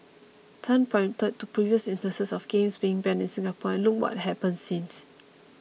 Tan pointed to previous instances of games being banned in Singapore and look what has happened since